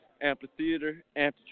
amphitheater